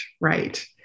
right